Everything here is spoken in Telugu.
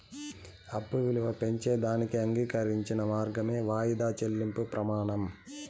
అప్పు ఇలువ పెంచేదానికి అంగీకరించిన మార్గమే వాయిదా చెల్లింపు ప్రమానం